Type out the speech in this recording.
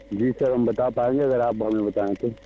जी sir हम बता पाएंगे अगर आप हमें बताएं तो